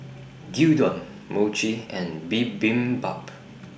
Gyudon Mochi and Bibimbap